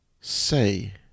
say